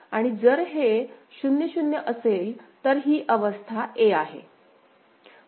आणि जर हे 0 0 असेल तर ही अवस्था a आहे